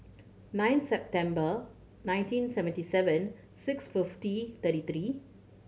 nine September nineteen seventy seven six fifty thirty three